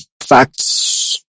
facts